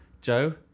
Joe